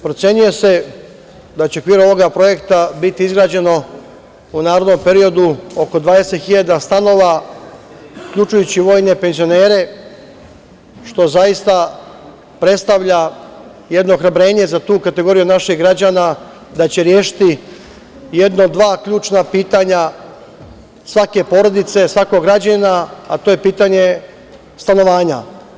Procenjuje se da će u okviru ovog projekta biti izgrađeno u narednom periodu oko 20.000 stanova, uključujući vojne penzionere, što zaista predstavlja jedno ohrabrenje za tu kategoriju naših građana da će rešiti jedno od dva ključna pitanja svake porodice, svakog građanina, a to je pitanje stanovanja.